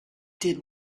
did